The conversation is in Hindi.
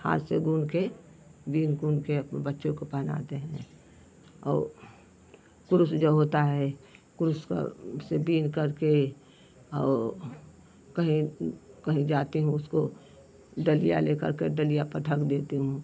हाथ से बुनकर बिन बुन के अपने बच्चों को पहनाते हैं और कुरुस जो होता है कुरुस का से बुनकर के और कहीं कहीं जाती हूँ उसको डलिया लेकर के डलिया पर ढक देती हूँ